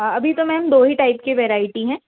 अभी तो मैम दो ही टाइप की वेरैटी है